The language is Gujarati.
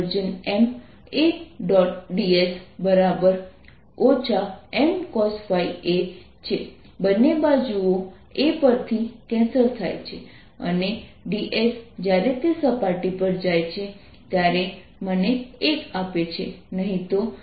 ds Mcosϕ a છે બંને બાજુઓ a પરથી કેન્સલ થાય છે અને ds જ્યારે તે સપાટી તરફ જાય છે ત્યારે મને 1 આપે છે નહીં તો તે મને 0 આપે છે